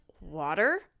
Water